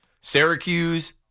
Syracuse